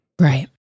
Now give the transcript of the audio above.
Right